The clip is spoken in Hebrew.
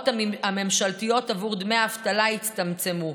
הממשלתיות עבור דמי האבטלה יצטמצמו.